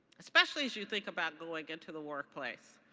especially as you think about going into the workplace.